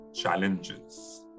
challenges